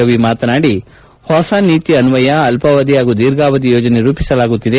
ರವಿ ಮಾತನಾಡಿ ಹೊಸ ನೀತಿ ಅನ್ವಯ ಅಲ್ಪಾವಧಿ ಹಾಗೂ ಧೀರ್ಘಾವಧಿ ಯೋಜನೆ ರೂಪಿಸಲಾಗುತ್ತಿದೆ